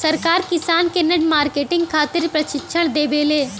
सरकार किसान के नेट मार्केटिंग खातिर प्रक्षिक्षण देबेले?